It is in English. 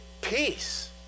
peace